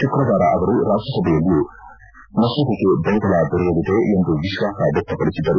ಶುಕ್ರವಾರ ಅವರು ರಾಜ್ಯಸಭೆಯಲ್ಲಿಯೂ ಮಸೂದೆಗೆ ಬೆಂಬಲ ದೊರೆಯಲಿದೆ ಎಂದು ವಿಶ್ವಾಸ ವ್ಯಕ್ಷಪಡಿಸಿದ್ದರು